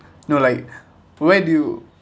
no like where do you